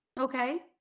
Okay